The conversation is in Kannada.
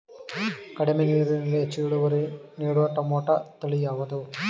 ಕಡಿಮೆ ನೀರಿನಲ್ಲಿ ಹೆಚ್ಚು ಇಳುವರಿ ನೀಡುವ ಟೊಮ್ಯಾಟೋ ತಳಿ ಯಾವುದು?